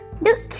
Look